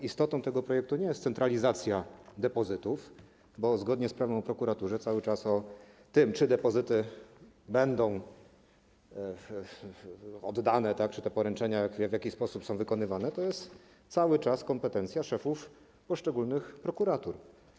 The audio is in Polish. Istotą tego projektu nie jest centralizacja depozytów, bo zgodnie z prawem o prokuraturze to, czy depozyty będą oddawane, czy te poręczenia w jakiś sposób są wykonywane, jest cały czas w kompetencji szefów poszczególnych prokuratur.